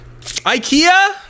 Ikea